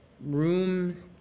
Room